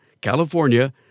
California